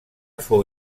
fou